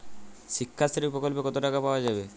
শিক্ষাশ্রী প্রকল্পে কতো টাকা পাওয়া যাবে?